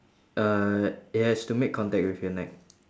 uh it has to make contact with your neck